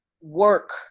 work